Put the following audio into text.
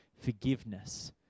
forgiveness